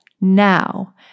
now